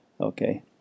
Okay